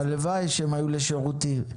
הלוואי שהם היו לשירותי.